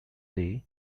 day